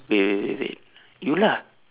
wait wait wait you lah